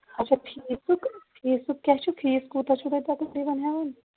اَچھا فیٖسُک فیٖسُک کیٛاہ چھُ فیٖس کوٗتاہ چھِو تقریٖبَن ہیٚوان